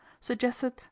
suggested